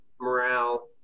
morale